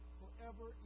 forever